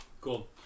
cool